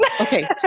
Okay